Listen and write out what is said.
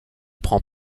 prend